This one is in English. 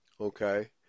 Okay